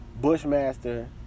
Bushmaster